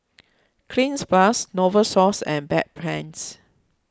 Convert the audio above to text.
Cleanz Plus Novosource and Bedpans